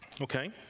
Okay